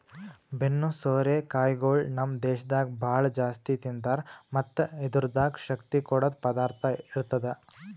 ಬೆನ್ನು ಸೋರೆ ಕಾಯಿಗೊಳ್ ನಮ್ ದೇಶದಾಗ್ ಭಾಳ ಜಾಸ್ತಿ ತಿಂತಾರ್ ಮತ್ತ್ ಇದುರ್ದಾಗ್ ಶಕ್ತಿ ಕೊಡದ್ ಪದಾರ್ಥ ಇರ್ತದ